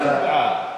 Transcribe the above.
מה זה הוא בעד?